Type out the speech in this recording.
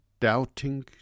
doubting